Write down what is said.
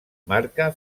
marca